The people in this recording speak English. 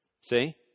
See